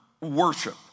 worship